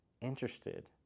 interested